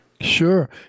Sure